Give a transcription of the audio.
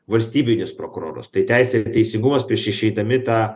valstybinis prokuroras tai teisė ir teisingumas prieš išeidami į tą